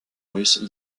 russe